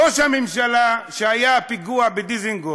ראש הממשלה, כשהיה פיגוע בדיזנגוף,